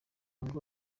ngo